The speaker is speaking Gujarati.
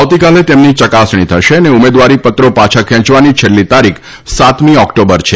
આવતીકાલે તેમની ચકાસણી થશે અને ઉમેદવારી પાછા ખેંચવાની છેલ્લી તારીખ સાતમી ઓક્ટોબર છે